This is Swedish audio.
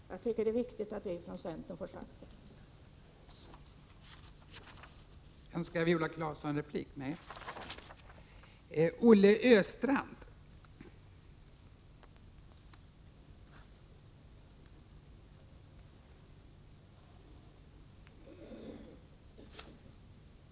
Jag tycker att det är viktigt att från centerns sida få understryka detta.